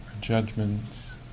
judgments